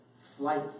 Flight